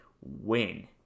win